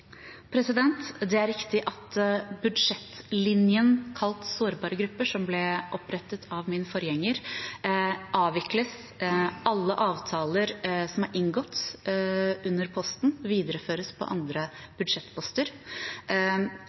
Det er riktig at budsjettlinjen kalt Sårbare grupper, som ble opprettet av min forgjenger, avvikles. Alle avtaler som er inngått under posten, videreføres på andre budsjettposter.